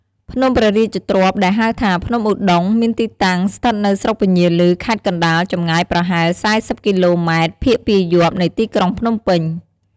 ភ្នំព្រះរាជទ្រព្យ ដែលហៅថា ភ្នំឧត្តុង្គ មានទីតាំង ស្ថិតនៅស្រុកពញាឮ ខេត្តកណ្ដាល ចម្ងាយប្រហែល ៤០ គីឡូម៉ែត្រភាគពាយព្យនៃទីក្រុងភ្នំពេញ។